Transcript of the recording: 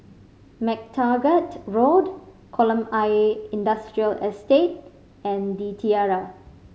MacTaggart Road Kolam Ayer Industrial Estate and The Tiara